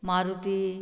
Maruti